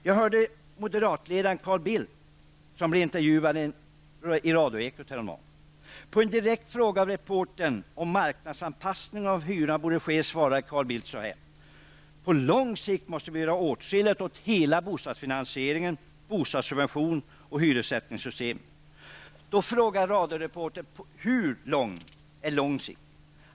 Jag hörde när moderatledaren Carl Bildt blev intervjuad i Ekot i radio häromdagen. På en direkt fråga av reportern om en marknadsanpassning av hyrorna borde ske svarade Carl Bildt: ''På lång sikt måste vi göra åtskilligt åt hela bostadsfinansierings-, bostadssubventionerings och hyressättningssystemet.'' Radioreportern frågade vidare: ''Hur lång är lång sikt?''